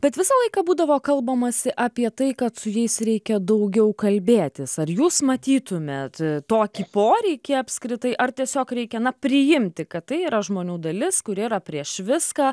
bet visą laiką būdavo kalbamasi apie tai kad su jais reikia daugiau kalbėtis ar jūs matytumėt tokį poreikį apskritai ar tiesiog reikia na priimti kad tai yra žmonių dalis kuri yra prieš viską